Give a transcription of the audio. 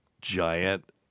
giant